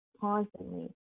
constantly